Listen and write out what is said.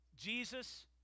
Jesus